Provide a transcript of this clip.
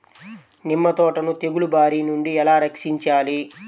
నిమ్మ తోటను తెగులు బారి నుండి ఎలా రక్షించాలి?